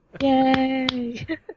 Yay